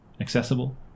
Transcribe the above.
accessible